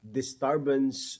disturbance